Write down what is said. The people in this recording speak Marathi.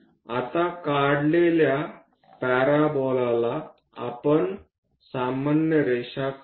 आता काढलेल्या पॅराबोलाला आपण सामान्य रेषा काढू